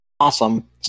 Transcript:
awesome